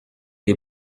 des